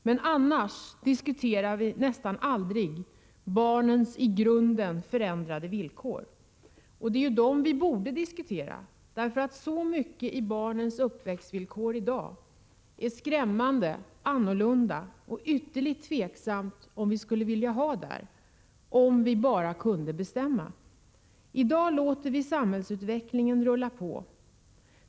Annars diskuterar vi nästan aldrig barnens i grunden förändrade villkor, och det är ju dem vi borde diskutera. Så mycket i barnens uppväxtvillkor i dag är skrämmande och annorlunda, och det är ytterligt tveksamt om vi skulle vilja ha det så — om vi bara kunde bestämma. I dag låter vi samhällsutvecklingen rulla på.